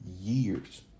years